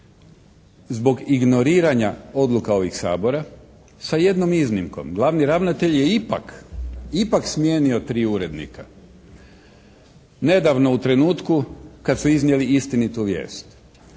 zbog ignoriranja odluka ovih Sabora sa jednom iznimkom. Glavni ravnatelj je ipak, ipak smijenio tri urednika nedavno u trenutku kad su iznijeli istinitu vijest,